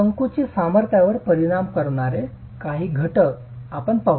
संकुचित सामर्थ्यावर परिणाम करणारे काही घटक आपण पाहूया